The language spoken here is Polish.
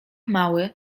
mały